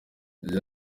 yagize